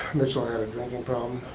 mitchell had a drinking problem.